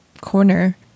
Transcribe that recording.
corner